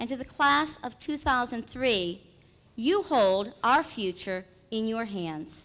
and to the class of two thousand and three you hold our future in your hands